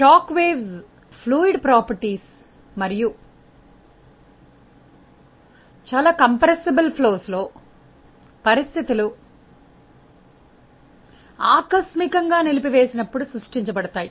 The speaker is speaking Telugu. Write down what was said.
షాక్ తరంగాలు ద్రవంలో లక్షణాలు మరియు అత్యంత కుదించే ప్రవాహాలలో పరిస్థితులు ఆకస్మికo గా నిలిపివేసినప్పుడు సృష్టించబడతాయి